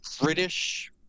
British